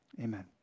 Amen